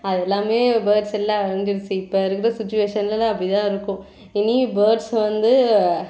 அது எல்லாமே பேர்ட்ஸ் எல்லாம் அழிஞ்சிருச்சி இப்போ இருக்கிற சுச்சுவேஷன்லில் அப்படிதான் இருக்கும் இனியும் பேர்ட்ஸ் வந்து